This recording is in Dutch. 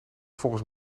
volgens